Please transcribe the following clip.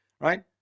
right